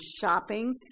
shopping